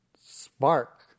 spark